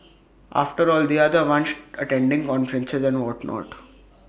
after all they are the ones attending conferences and whatnot